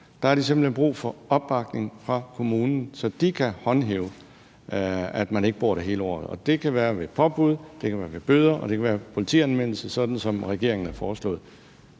Der har de simpelt hen brug for opbakning fra kommunen, så de kan håndhæve, at man ikke bor der hele året, og det kan være ved et påbud, det kan være ved bøder, og det kan være ved en politianmeldelse, sådan som regeringen har foreslået.